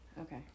Okay